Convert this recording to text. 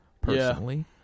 personally